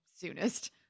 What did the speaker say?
soonest